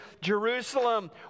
Jerusalem